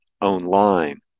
online